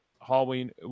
Halloween